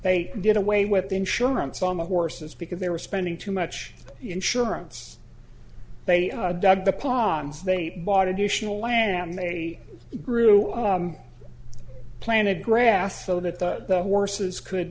they did away with the insurance on the horses because they were spending too much insurance they dug the pots they bought additional land they grew planted grass so that the horses could